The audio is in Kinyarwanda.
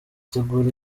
utegura